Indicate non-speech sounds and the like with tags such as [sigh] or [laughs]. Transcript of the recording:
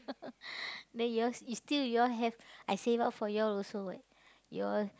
[laughs] then yours is still you all have I save up for you all also [what] you all